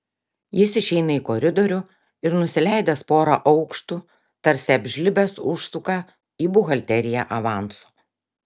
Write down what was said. jis išeina į koridorių ir nusileidęs porą aukštų tarsi apžlibęs užsuka į buhalteriją avanso